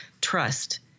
trust